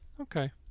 Okay